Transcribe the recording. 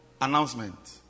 Announcement